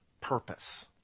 purpose